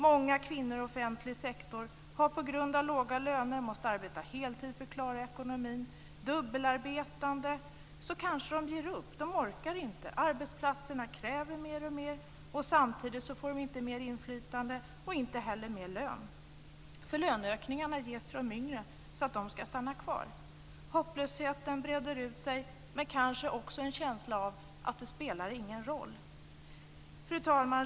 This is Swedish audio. Många kvinnor i den offentliga sektorn har på grund av låga löner måst arbeta heltid för att klara ekonomin. De är dubbelarbetande och ger kanske upp. De orkar inte. Arbetsplatserna kräver mer och mer. Samtidigt får de inte mer inflytande och inte heller mer lön. Löneökningarna ges till de yngre, så att de ska stanna kvar. Hopplösheten breder ut sig och kanske också en känsla av att det inte spelar någon roll. Fru talman!